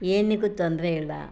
ಏನಕ್ಕು ತೊಂದರೆಯಿಲ್ಲ